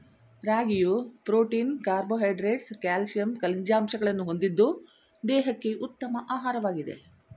ರಾಗಿಯು protein carbohydrates calcium ಖನಿಜಾಂಶಗಳನ್ನು ಹೊಂದಿದ್ದು ದೇಹಕ್ಕೆ ಉತ್ತಮ ಆಹಾರವಾಗಿದೆ